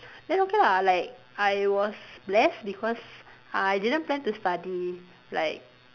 then okay lah like I was blessed because I didn't plan to study like